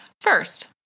First